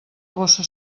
bossa